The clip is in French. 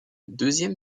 deuxième